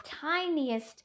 tiniest